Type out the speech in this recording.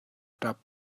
ṭap